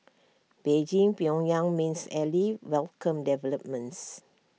Beijing pyongyang mains ally welcomed developments